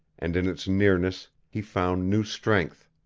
and in its nearness he found new strength.